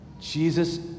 Jesus